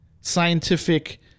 scientific